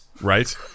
Right